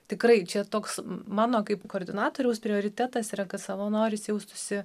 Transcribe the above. tikrai čia toks mano kaip koordinatoriaus prioritetas yra kad savanoris jaustųsi